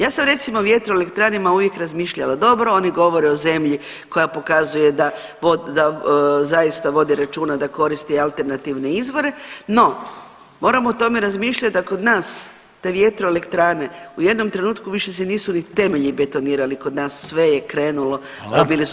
Ja sam recimo o vjetroelektranama uvijek razmišljala dobro, oni govore o zemlji koja pokazuje da zaista vodi računa da koristi alternativne izvore, no moramo o tome razmišljat da kod nas te vjetroelektrane u jednom trenutku više se nisu ni temelji betonirali kod nas, sve je krenulo, a bili su…